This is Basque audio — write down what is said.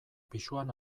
pisuan